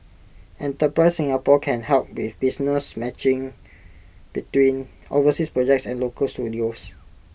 enterprise Singapore can help with business matching between overseas projects and local studios